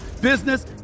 business